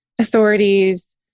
authorities